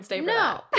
no